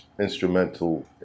instrumental